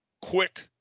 quick